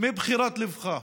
מבחירת ליבך.